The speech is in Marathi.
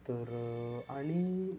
तर आणि